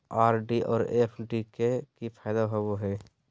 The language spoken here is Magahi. आर.डी और एफ.डी के की फायदा होबो हइ?